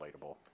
relatable